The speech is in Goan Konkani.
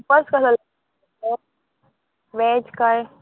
कस कसो वॅज कांय